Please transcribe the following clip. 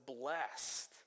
blessed